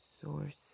source